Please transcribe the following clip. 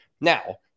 Now